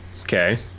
Okay